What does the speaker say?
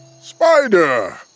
Spider